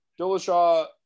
Dillashaw